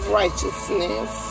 righteousness